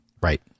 Right